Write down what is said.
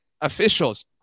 officials